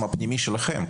פנימי, שלכם.